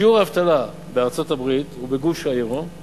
שיעור האבטלה בארה"ב ובגוש היורו